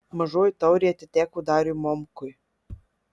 mažoji taurė atiteko dariui momkui